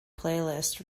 playlist